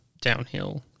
downhill